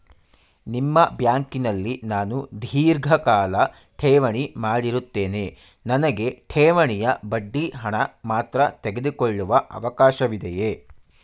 ನಿಮ್ಮ ಬ್ಯಾಂಕಿನಲ್ಲಿ ನಾನು ಧೀರ್ಘಕಾಲ ಠೇವಣಿ ಮಾಡಿರುತ್ತೇನೆ ನನಗೆ ಠೇವಣಿಯ ಬಡ್ಡಿ ಹಣ ಮಾತ್ರ ತೆಗೆದುಕೊಳ್ಳುವ ಅವಕಾಶವಿದೆಯೇ?